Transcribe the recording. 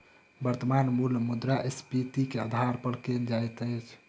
वर्त्तमान मूल्य मुद्रास्फीति के आधार पर कयल जाइत अछि